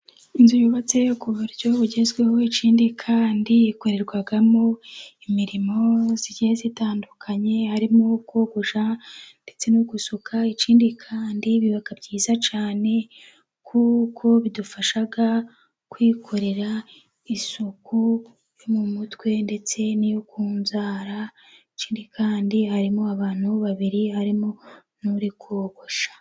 Inzu yubatse ku buryo bugezweho, ikindi kandi ikorerwamo imirimo igiye itandukanye. Harimo uwo kogosha ndetse no gusuka, ikindi kandi biba byiza cyane kuko bidufasha kwikorera isuku yo mu mutwe ndetse n'iyo ku nzara. Ikindi kandi harimo abantu babiri harimo n'uri kogosha.